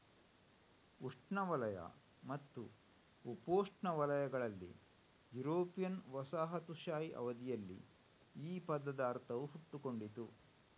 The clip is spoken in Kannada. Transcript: ಉಷ್ಣವಲಯ ಮತ್ತು ಉಪೋಷ್ಣವಲಯಗಳಲ್ಲಿ ಯುರೋಪಿಯನ್ ವಸಾಹತುಶಾಹಿ ಅವಧಿಯಲ್ಲಿ ಈ ಪದದ ಅರ್ಥವು ಹುಟ್ಟಿಕೊಂಡಿತು